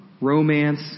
Romance